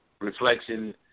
reflection